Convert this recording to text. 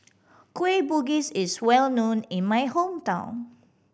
Kueh Bugis is well known in my hometown